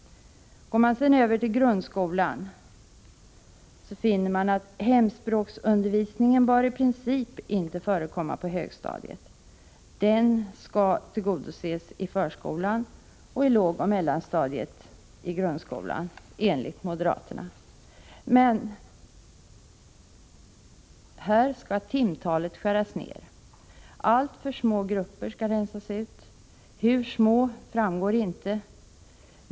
Så till grundskolan. Moderaterna anser att hemspråksundervisning i princip inte bör förekomma på högstadiet. Behovet av sådan undervisning skall enligt moderaterna tillgodoses i förskolan och på grundskolans lågoch mellanstadium. Men här vill moderaterna skära ner timtalet. Alltför små grupper skall rensas ut. Hur små framgår inte.